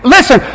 Listen